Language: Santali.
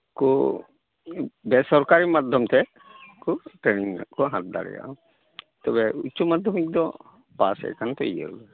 ᱠᱩ ᱵᱮᱥᱚᱨᱠᱟᱨᱤ ᱢᱟᱫᱽᱫᱷᱚᱢ ᱛᱮ ᱠᱩ ᱴᱨᱮᱱᱤᱝ ᱠᱩ ᱦᱟᱛᱟᱣ ᱫᱟᱲᱮᱭᱟᱜᱼᱟ ᱛᱚᱵᱮ ᱩᱪᱪᱚ ᱢᱟᱫᱽᱫᱷᱚᱢᱤᱠ ᱫᱚ ᱯᱟᱥᱮᱡ ᱠᱟᱱᱛᱮ